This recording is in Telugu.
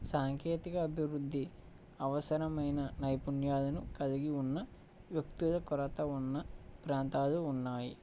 సాంకేతిక అభివృద్ధి అవసరమైన నైపుణ్యాలను కలిగి ఉన్న యుక్తుల కొరత ఉన్న ప్రాంతాలు ఉన్నాయి